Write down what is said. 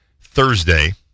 Thursday